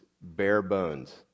bare-bones